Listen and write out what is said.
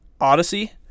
Odyssey